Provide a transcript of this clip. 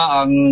ang